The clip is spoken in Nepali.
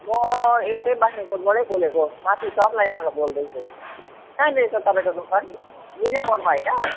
म यतै बाग्राकोटबाटै बोलेको माथि टप लाइनबाट बोल्दैछु कहाँनेरि छ तपाईँको दोकान मिना मोडमा होइन